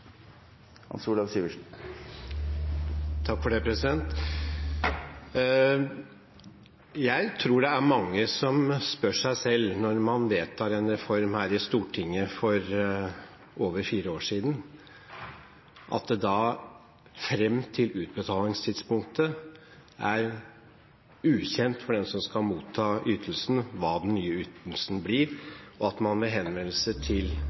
Hans Olav Syversen – til oppfølgingsspørsmål. Jeg tror det er mange som spør seg – når man har vedtatt en reform her i Stortinget for over fire år siden – at det fram til utbetalingstidspunktet er ukjent for dem som skal motta ytelsen, hva den nye ytelsen blir, og at man ved henvendelser til